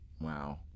Wow